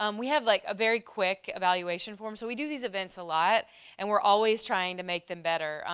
um we have like a very quick evaluation form. so we do these events a lot and we're always trying to make them better.